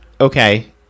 Okay